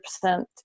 percent